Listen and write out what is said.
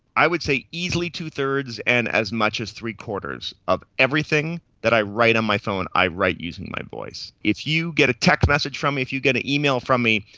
i would say easily two-thirds and as much as three-quarters of everything that i write on my phone i write using my voice. if you get a text message from me, if you get an email from me,